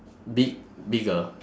big~ bigger